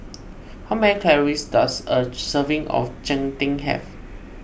how many calories does a serving of Cheng Tng have